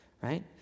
right